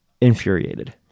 Infuriated